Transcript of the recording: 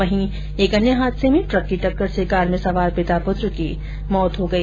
वहीं एक अन्य हादसे में ट्रक की टक्कर से कार में सवार पिता पुत्र की मौत हो गई